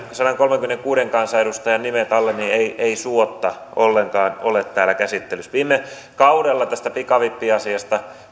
sadankolmenkymmenenkuuden kansanedustajan nimet alle ei ei ollenkaan suotta ole täällä käsittelyssä viime kaudella tätä pikavippiasiaa